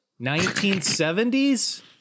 1970s